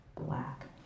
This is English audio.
black